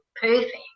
perfect